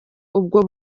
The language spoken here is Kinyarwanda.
ubwo